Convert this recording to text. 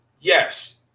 yes